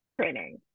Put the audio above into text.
Training